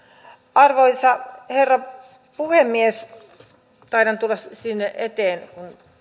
arvoisa herra puhemies taidan tulla sinne eteen